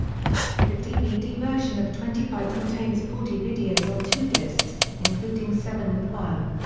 the dvd version of twenty five contains forty videos on two discs, including seven with wham.